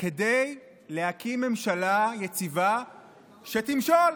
כדי להקים ממשלה יציבה שתמשול.